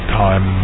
time